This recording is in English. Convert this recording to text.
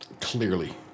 Clearly